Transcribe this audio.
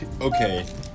okay